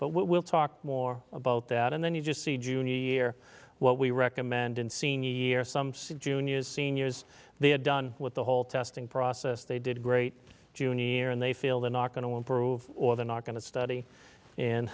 but we'll talk more about that and then you just see junior year what we recommend in senior year some seed juniors seniors they have done with the whole testing process they did great junior and they feel they're not going to improve or they're not going to study